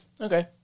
Okay